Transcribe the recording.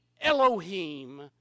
Elohim